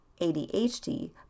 ADHD